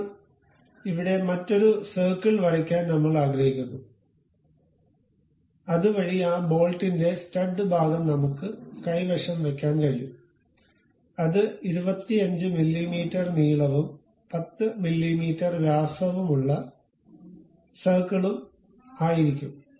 ഇപ്പോൾ ഇവിടെ മറ്റൊരു സർക്കിൾ വരയ്ക്കാൻ നമ്മൾ ആഗ്രഹിക്കുന്നു അതുവഴി ആ ബോൾട്ടിന്റെ സ്റ്റഡ് ഭാഗം നമുക്ക് കൈവശം വയ്ക്കാൻ കഴിയും അത് 25 മില്ലീമീറ്റർ നീളവും 10 മില്ലീമീറ്റർ വ്യാസമുള്ള സർക്കിളും ആയിരിക്കും